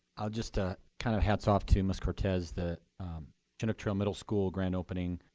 i'll just ah kind of hats off to miss cortez. the chinook trail middle school grand opening